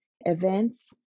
events